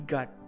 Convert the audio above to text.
God।